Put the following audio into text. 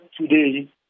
today